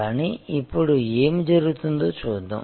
కానీ ఇప్పుడు ఏమి జరుగుతుందో చూద్దాం